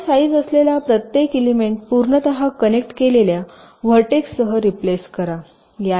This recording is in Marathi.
आपण साईज असलेल्या प्रत्येक एलिमेंट पूर्णतः कनेक्ट केलेल्या व्हर्टेक्ससह रिप्लेस करा